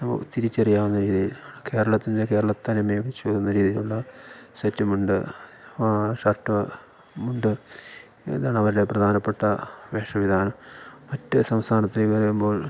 നമുക്ക് തിരിച്ചറിയാവുന്ന രീതിയിൽ കേരളത്തിൻ്റെ കേരളത്തനിമയെ വിളിച്ചോത്തുന്ന രീതിയിലുള്ള സെറ്റുമുണ്ട് ഷർട്ട് മുണ്ട് ഇതാണവരുടെ പ്രധാനപ്പെട്ട വേഷവിധാനം മറ്റു സംസ്ഥാനത്തിൽ വരുമ്പോൾ